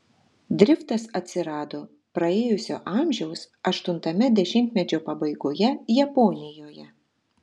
driftas atsirado praėjusio amžiaus aštuntame dešimtmečio pabaigoje japonijoje